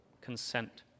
consent